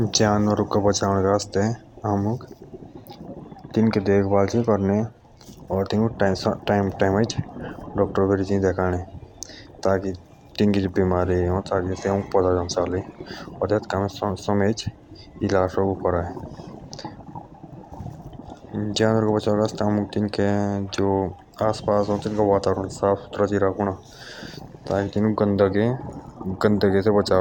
जानवरो के बचाअण के आस्ते आमुक तीनका ख्याल पणना राखना ओर टाइमो टाइमच तिनुका इलाज पणना करना और तिनु डॉक्टर बेरी चाइ देखाअणे। ताकि से बिमार नुअ जानवरु के आस्ते आमुक तीनके आस पास का वातावरण साफ चाइ राखना ताकि से गन्दगी से बच